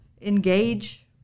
engage